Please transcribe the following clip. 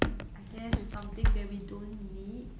I guess something that we don't need